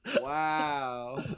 Wow